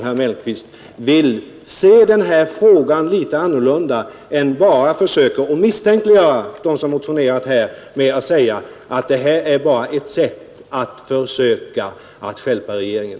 Herr Mellqvist borde se denna fråga litet annorlunda och inte försöka misstänkliggöra dem som motionerat och säga att detta bara är ett sätt att försöka stjälpa regeringen.